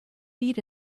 feet